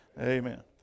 Amen